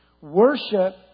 Worship